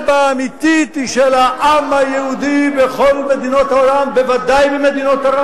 הם לא היו בנגב הזה,